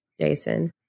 Jason